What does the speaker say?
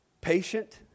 patient